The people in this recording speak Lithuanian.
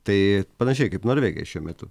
tai panašiai kaip norvegija šiuo metu